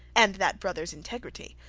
and that brother's integrity,